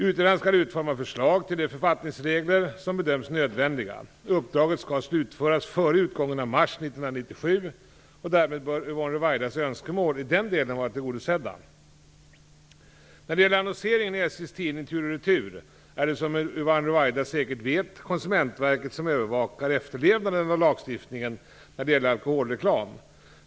Utredaren skall utforma förslag till de författningsregleringar som bedöms nödvändiga. Uppdraget skall slutföras före utgången av mars 1997. Därmed bör Yvonne Ruwaidas önskemål i den delen vara tillgodosedda. När det gäller annonseringen i SJ:s tidning Tur & Retur är det, som Yvonne Ruwaida säkert vet, Konsumentverket som övervakar efterlevnaden av lagstiftningen om alkoholreklam.